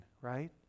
right